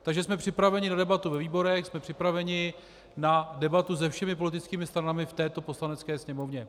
Takže jsme připraveni na debatu ve výborech, jsme připraveni na debatu se všemi politickými stranami v této Poslanecké sněmovně.